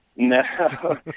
No